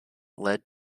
led